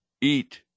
eat